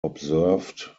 observed